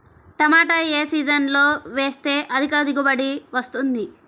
టమాటా ఏ సీజన్లో వేస్తే అధిక దిగుబడి వస్తుంది?